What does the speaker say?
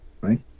right